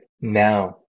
Now